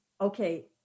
okay